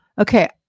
Okay